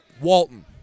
Walton